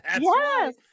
yes